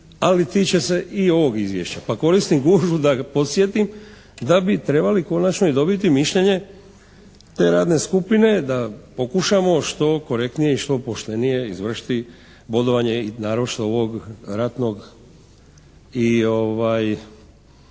ali tiče se i ovog izvješća. Pa koristim gužvu da podsjetim da bi trebali konačno i dobiti mišljenje te radne skupine da pokušamo što korektnije i što poštenije izvršiti bodovanje naročito ovog ratnog dijela